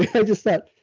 i just thought,